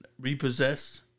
Repossessed